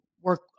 work